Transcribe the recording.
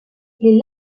les